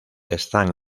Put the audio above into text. están